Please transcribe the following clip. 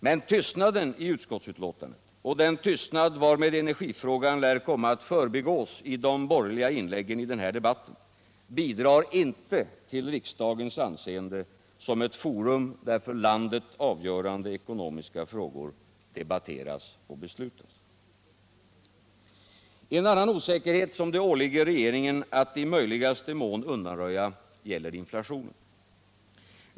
Men tystnaden i utskottsbetänkandet och den tystnad varmed energifrågan lär komma att förbigås i de borgerliga inläggen i den här debatten bidrar inte till riksdagens anseende som ett forum där för landet avgörande ekonomiska frågor debatteras och beslutas. En annan osäkerhet som det åligger regeringen att i möjligaste mån undanröja gäller inflationen.